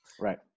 Right